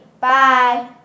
Bye